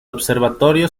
observatorio